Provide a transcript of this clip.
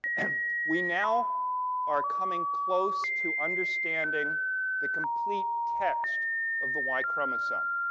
and we now are coming close to understanding the complete text of the y chromosome.